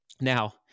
Now